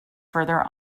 further